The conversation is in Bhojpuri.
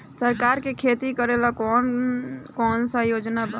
सरकार के खेती करेला कौन कौनसा योजना बा?